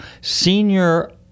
senior